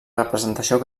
representació